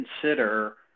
consider